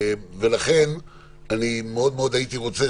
ולכן מאוד מאוד הייתי רוצה